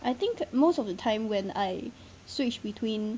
I think most of the time when I switch between